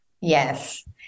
Yes